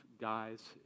guys